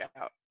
out